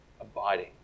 abiding